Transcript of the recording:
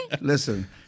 Listen